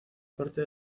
parte